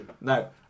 No